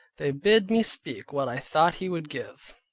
they bid me speak what i thought he would give.